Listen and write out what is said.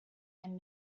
and